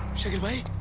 shakeel bhai,